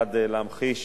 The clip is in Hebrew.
כיצד להמחיש